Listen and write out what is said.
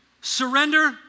surrender